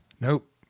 Nope